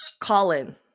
Colin